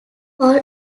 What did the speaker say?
all